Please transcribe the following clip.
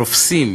רופסים,